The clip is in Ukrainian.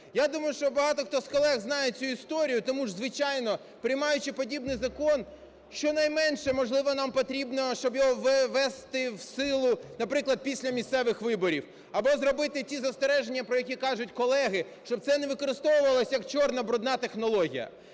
Я думаю, що багато хто з колег знають цю історію, тому ж, звичайно, приймаючи подібний закон, щонайменше, можливо, нам потрібно, щоб його ввести в силу, наприклад, після місцевих виборів. Або зробити ті застереження, про які кажуть колеги, щоб це не використовувалося, як чорна, брудна технологія.